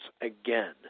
again